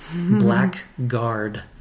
blackguard